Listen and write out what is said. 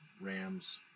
Rams